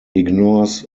ignores